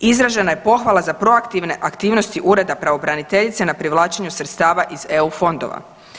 Izražena je pohvala za proaktivne aktivnosti Ureda pravobraniteljice na privlačenju sredstava iz EU fondova.